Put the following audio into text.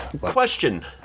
Question